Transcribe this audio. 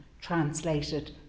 translated